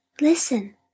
listen